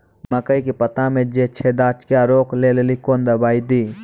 मकई के पता मे जे छेदा क्या रोक ले ली कौन दवाई दी?